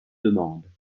demandes